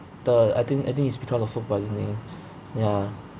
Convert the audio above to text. the I think I think it's because of food poisoning ya